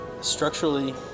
structurally